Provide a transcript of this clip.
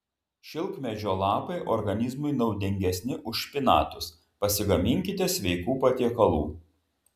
šilkmedžio lapai organizmui naudingesni už špinatus pasigaminkite sveikų patiekalų